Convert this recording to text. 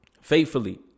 faithfully